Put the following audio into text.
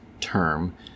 term